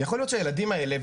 יכול להיות שהילדים האלה,